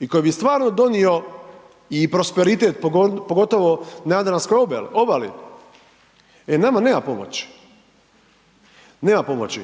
i koji bi stvarno donio i prosperitet, pogotovo na Jadranskoj obali, e nama nema pomoći, nema pomoći.